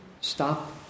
stop